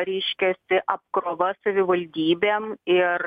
reiškiasi apkrova savivaldybėm ir